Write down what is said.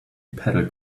pedal